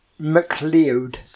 McLeod